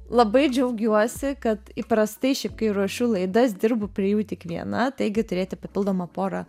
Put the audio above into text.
labai džiaugiuosi kad įprastai šiaip kai ruošiu laidas dirbu prie jų tik viena taigi turėti papildomą porą